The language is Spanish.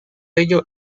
ello